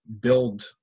build